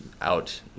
out